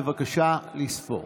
בבקשה לספור.